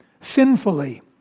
sinfully